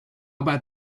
about